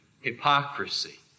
hypocrisy